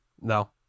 No